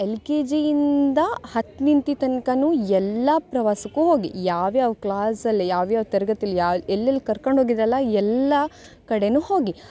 L ಕೆ ಜಿಯಿಂದ ಹತ್ತನಿಂತಿ ತನ್ಕವೂ ಎಲ್ಲ ಪ್ರವಾಸಕ್ಕೂ ಹೋಗಿ ಯಾವ್ಯಾವ ಕ್ಲಾಸಲ್ಲಿ ಯಾವ್ಯಾವ ತರಗತಿಲಿ ಯಾಲ್ ಎಲ್ಲೆಲ್ಲಿ ಕರ್ಕಂಡೋಗಿದ್ರಲ್ಲ ಎಲ್ಲ ಕಡೆಯೂ ಹೋಗಿ